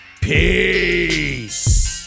Peace